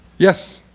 yes?